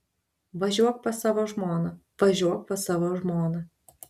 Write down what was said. važiuok pas savo žmoną važiuok pas savo žmoną